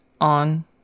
on